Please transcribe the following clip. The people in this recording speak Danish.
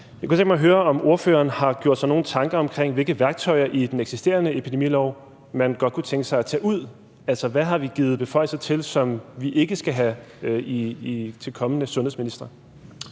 Jeg kunne godt tænke mig at høre, om ordføreren har gjort sig nogle tanker om, hvilke værktøjer i den eksisterende epidemilov man godt kunne tænke sig at tage ud. Altså, hvad har vi givet beføjelser til, som vi ikke skal give til kommende sundhedsministre?